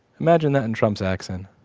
imagine that in trump's accent.